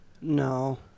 No